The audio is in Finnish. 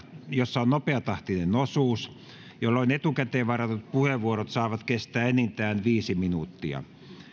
jossa on nopeatahtinen osuus jolloin etukäteen varatut puheenvuorot saavat kestää enintään viisi minuuttia